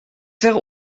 wäre